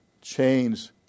change